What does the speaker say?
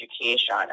education